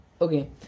Okay